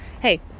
Hey